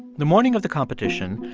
the morning of the competition,